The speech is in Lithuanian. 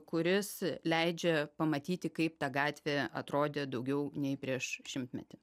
kuris leidžia pamatyti kaip ta gatvė atrodė daugiau nei prieš šimtmetį